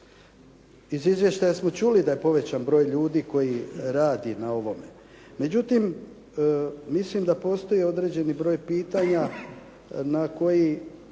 Iz izvještaja smo čuli da je povećan broj ljudi koji radi na ovome. Međutim, mislim da postoji određeni broj pitanja na koji,